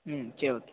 ம் சரி ஓகே